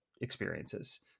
experiences